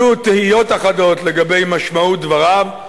עלו תהיות אחדות לגבי משמעות דבריו.